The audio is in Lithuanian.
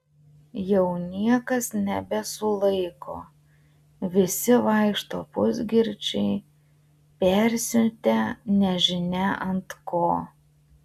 jau niekas nebesulaiko visi vaikšto pusgirčiai persiutę nežinia ant ko